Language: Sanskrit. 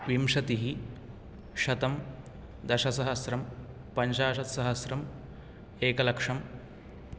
विंशतिः शतम् दशसहस्रम् पञ्चाशत्सहस्रम् एकलक्षम्